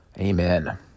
Amen